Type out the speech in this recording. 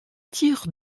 tir